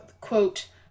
quote